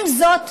עם זאת,